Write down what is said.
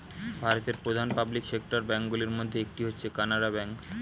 ভারতের প্রধান public sector bank গুলির মধ্যে একটি হচ্ছে কানারা ব্যাঙ্ক